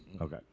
Okay